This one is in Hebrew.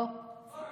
אוה.